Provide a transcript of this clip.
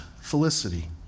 Felicity